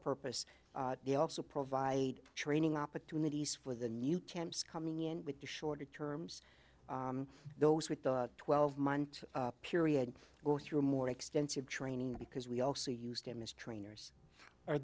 purpose they also provide training opportunities for the new camps coming in with the shorter terms those with the twelve month period go through more extensive training because we also used to miss trainers are